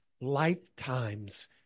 lifetimes